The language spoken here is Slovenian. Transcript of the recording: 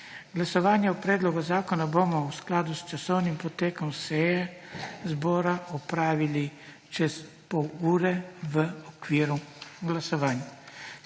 Glasovanje o predlogu zakona bomo v skladu s časovnim potekom seje zbora opravili čez pol ure v okviru glasovanj.